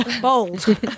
bold